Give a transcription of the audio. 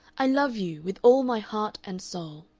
i love you with all my heart and soul.